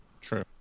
True